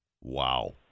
wow